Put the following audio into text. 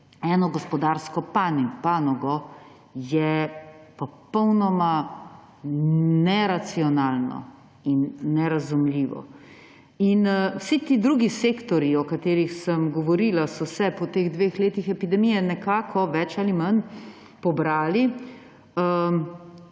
eno gospodarsko panogo, je popolnoma neracionalno in nerazumljivo. In vsi ti drugi sektorji, o katerih sem govorila, so se po teh dveh letih epidemije nekako, več ali manj, pobrali.